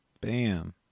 bam